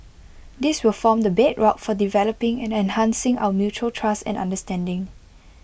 this will form the bedrock for developing and enhancing our mutual trust and understanding